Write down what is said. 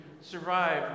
survive